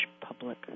public